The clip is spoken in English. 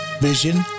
Vision